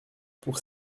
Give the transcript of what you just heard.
pour